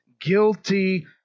Guilty